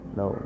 no